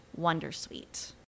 wondersuite